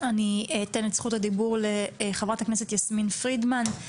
אני אתן את זכות הדיבור לחברת הכנסת יסמין פרידמן,